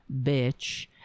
bitch